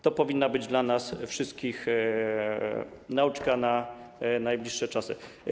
To powinna być dla nas wszystkich nauczka na najbliższe czasy.